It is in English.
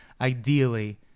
ideally